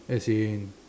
as in